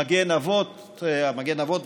"מגן אבות ואימהות",